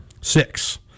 Six